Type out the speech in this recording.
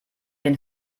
den